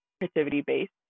creativity-based